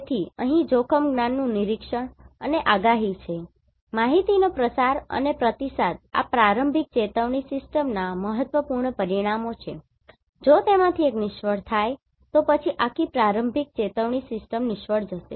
તેથી અહીં જોખમ જ્ઞાન નુ નિરીક્ષણ અને આગાહી છે માહિતીનો પ્રસાર અને પ્રતિસાદ આ પ્રારંભિક ચેતવણી સિસ્ટમ્સના મહત્વપૂર્ણ પરિમાણો છે જો તેમાંથી એક નિષ્ફળ થાય છે તો પછી આખી પ્રારંભિક ચેતવણી સિસ્ટમ નિષ્ફળ જશે